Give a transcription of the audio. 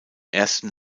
ersten